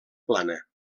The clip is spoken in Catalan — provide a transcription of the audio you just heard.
plana